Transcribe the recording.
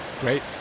great